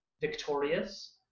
victorious